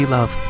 Love